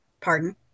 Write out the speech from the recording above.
Pardon